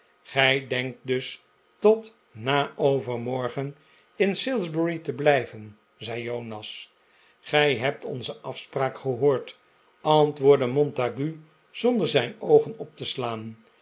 gij denkt dus tot na overmorgen in salisbury te blijven zei jonas gij hebt onze afspraak gehoord antwoordde montague zonder zijn oogen op te slaan